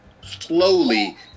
slowly